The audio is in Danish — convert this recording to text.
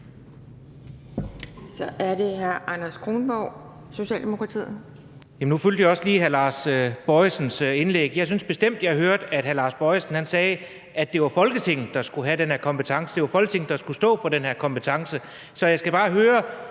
Så er det hr. Anders Kronborg, Socialdemokratiet. Kl. 11:51 Anders Kronborg (S): Nu fulgte jeg også lige hr. Lars Bojesens indlæg, og jeg synes bestemt, jeg hørte, at hr. Lars Bojesen sagde, at det var Folketinget, der skulle have den her kompetence; at det var Folketinget, der skulle stå for den her kompetence. Så jeg skal bare høre: